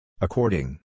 According